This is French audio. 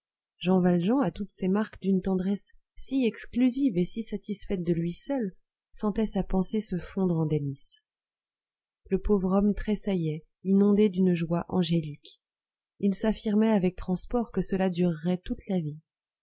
jean valjean à toutes ces marques d'une tendresse si exclusive et si satisfaite de lui seul sentait sa pensée se fondre en délices le pauvre homme tressaillait inondé d'une joie angélique il s'affirmait avec transport que cela durerait toute la vie